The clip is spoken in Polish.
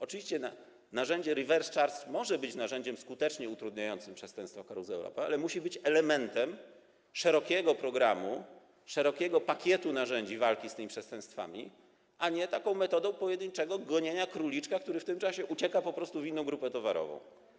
Oczywiście narzędzie reverse charge może być narzędziem skutecznie utrudniającym dokonywanie przestępstw karuzelowych, ale musi być elementem szerokiego programu, szerokiego pakietu narzędzi walki z tymi przestępstwami, a nie metodą pojedynczego gonienia króliczka, który w tym czasie ucieka po prostu w inną grupę towarową.